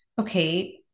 okay